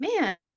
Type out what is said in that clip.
man